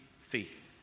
faith